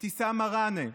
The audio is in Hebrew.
אבתיסאם מראענה,